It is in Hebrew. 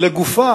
לגופה